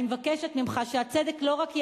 אני מבקשת ממך שהצדק לא רק ייאמר,